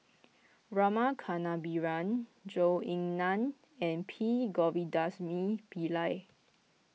Rama Kannabiran Zhou Ying Nan and P Govindasamy Pillai